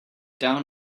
down